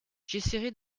j’essaierai